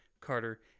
Carter